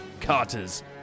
Carter's